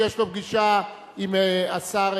שיש לו פגישה עם השר,